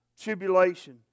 tribulation